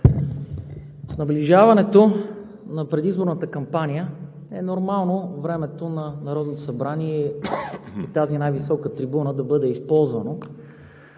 С наближаването на предизборната кампания е нормално времето на Народното събрание и тази най-висока трибуна да бъде използвано